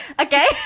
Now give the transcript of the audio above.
okay